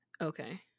Okay